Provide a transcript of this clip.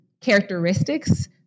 characteristics